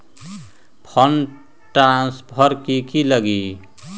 Fund transfer कि की लगी?